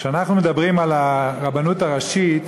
כשאנחנו מדברים על הרבנות הראשית,